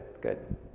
good